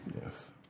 yes